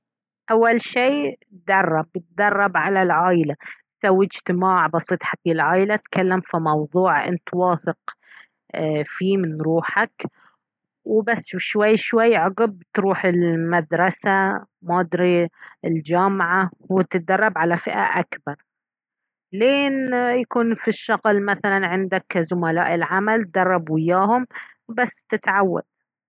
اول شي تدرب تدرب على العايلة سوي اجتماع بسيط حق العايلة تكلم في موضوع انت واثق فيه من روحك وبس شوي شوي عقب تروح المدرسة مادري الجامعة وتدرب على فئة اكبر لين يكون في الشغل مثلا عندك زملاء العمل تدرب واياهم وبس تتعود